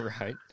Right